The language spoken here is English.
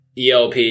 ELP